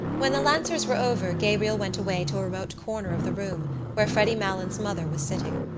when the lancers were over gabriel went away to a remote corner of the room where freddy malins' mother was sitting.